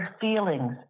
feelings